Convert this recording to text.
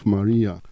Maria